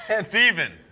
Stephen